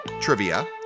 Trivia